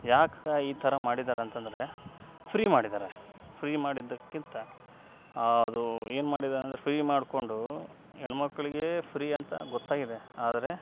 ಯಾಕೆ ಈ ಥರ ಮಾಡಿದ್ದಾರೆ ಅಂತಂದ್ರೆ ಫ್ರೀ ಮಾಡಿದ್ದಾರೆ ಫ್ರೀ ಮಾಡಿದ್ದಕ್ಕಿಂತ ಆ ಅದು ಏನು ಮಾಡಿದ್ದಾರೆ ಅಂದರೆ ಫ್ರೀ ಮಾಡ್ಕೊಂಡು ಹೆಣ್ಣುಮಕ್ಳಿಗೆ ಫ್ರೀ ಅಂತ ಗೊತ್ತಾಗಿದೆ ಆದರೆ